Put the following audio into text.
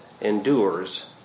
endures